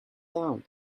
down